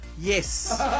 yes